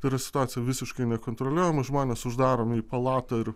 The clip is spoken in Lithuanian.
ir situacija visiškai nekontroliuojama žmonės uždaromi į palatą ir